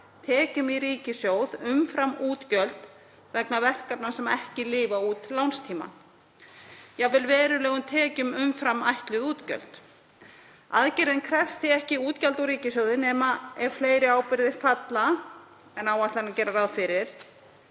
tekjum í ríkissjóð umfram útgjöld vegna verkefna sem ekki lifa út lánstímann, jafnvel verulegum tekjum umfram ætluð útgjöld. Aðgerðin krefst því ekki útgjalda úr ríkissjóði nema ef fleiri ábyrgðir falla en áætlanir gera ráð fyrir.